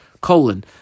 Colon